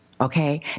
Okay